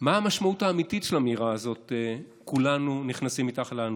מה המשמעות האמיתית של האמירה הזאת: כולנו נכנסים מתחת לאלונקה?